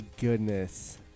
goodness